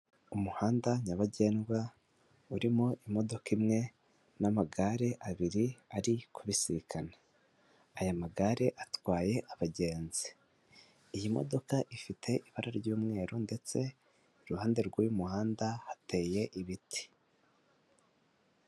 Umuhanda nyabagendwa urimo imodoka imwe n'amagare abiri ari kubisikana, aya magare atwaye abagenzi, iyi modoka ifite ibara ry'umweru ndetse iruhande rw'uyu muhanda hateye ibiti.